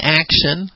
action